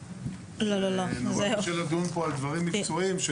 נורא קשה לדון פה על דברים מקצועיים,